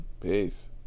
Peace